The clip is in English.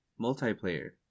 multiplayer